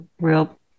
real